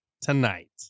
tonight